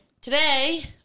Today